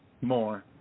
more